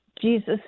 Jesus